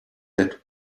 let